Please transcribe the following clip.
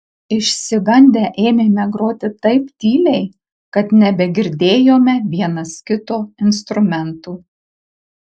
išsigandę ėmėme groti taip tyliai kad nebegirdėjome vienas kito instrumentų